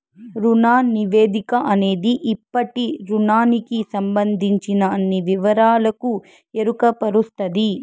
రుణ నివేదిక అనేది ఇప్పటి రుణానికి సంబందించిన అన్ని వివరాలకు ఎరుకపరుస్తది